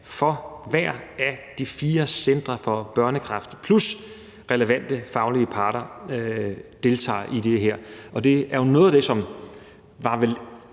for hver af de fire centre for børnekræft, plus at relevante faglige parter deltager i det her. Det er noget af det, som vel